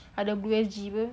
ada pe